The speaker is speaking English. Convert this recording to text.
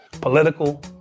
political